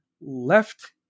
left